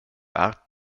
art